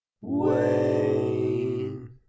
Wayne